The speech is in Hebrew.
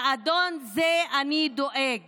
לאדון זה אני דואג